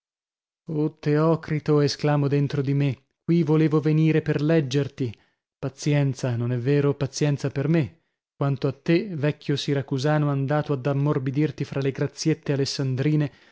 teocrito esclamo dentro di me qui volevo venire per leggerti pazienza non è vero pazienza per me quanto a te vecchio siracusano andato ad ammorbidirti fra le graziette alessandrine